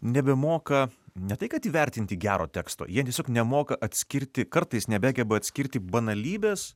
nebemoka ne tai kad įvertinti gero teksto jie tiesiog nemoka atskirti kartais nebegeba atskirti banalybės